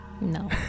No